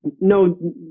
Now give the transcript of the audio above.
no